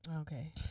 Okay